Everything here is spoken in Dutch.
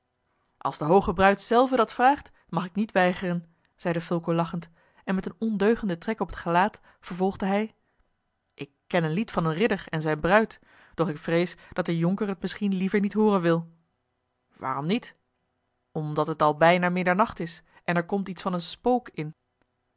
als de hooge bruid zelve dat vraagt mag ik niet weigeren zeide fulco lachend en met een ondeugenden trek op het gelaat vervolgde hij ik ken een lied van een ridder en zijne bruid doch ik vrees dat de jonker het misschien liever niet hooren wil waarom niet omdat het al bijna middernacht is en er komt iets van een spook in